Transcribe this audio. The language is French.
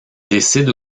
décide